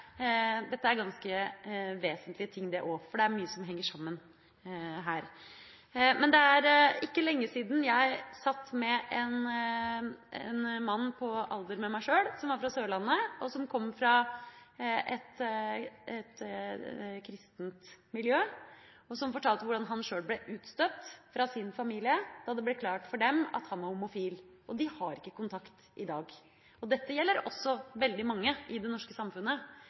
dette politiske området som man må lære seg, men dette er også ganske vesentlige ting, for det er mye som henger sammen her. Det er ikke lenge siden jeg satt med en mann på alder med meg sjøl som var fra Sørlandet, som kom fra et kristent miljø, og som fortalte hvordan han sjøl ble utstøtt fra sin familie da det ble klart for dem at han var homofil. De har ikke kontakt i dag. Dette gjelder også veldig mange i det norske samfunnet.